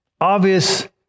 obvious